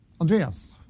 Andreas